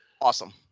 Awesome